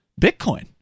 bitcoin